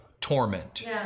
torment